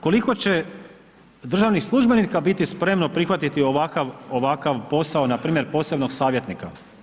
Koliko će državnih službenika biti spremno prihvatiti ovakav, ovakav posao npr. posebnog savjetnika?